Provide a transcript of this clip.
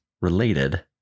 related